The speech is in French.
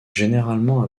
généralement